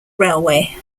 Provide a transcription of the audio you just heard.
railway